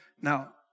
Now